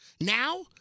Now